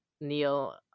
Neil